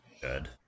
good